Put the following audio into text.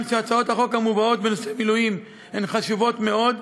שהצעות החוק המובאות בנושא מילואים הן חשובות מאוד,